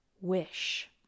wish